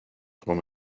from